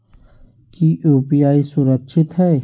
की यू.पी.आई सुरक्षित है?